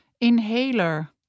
Inhaler